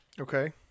Okay